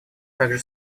также